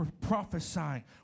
prophesying